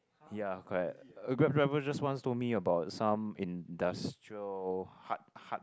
ya correct a Grab driver just once told me about some industrial hard hard